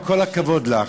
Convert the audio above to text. עם כל הכבוד לך,